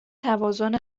توازن